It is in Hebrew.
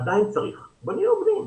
עדיין צריך עוד, בוא נהיה הוגנים.